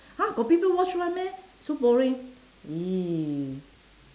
!huh! got people watch [one] meh so boring !ee!